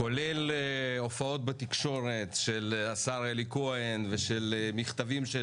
זה כולל הופעות בתקשורת של השר אלי כהן ומכתבים של